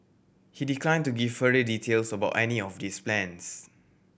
he decline to give further details about any of these plans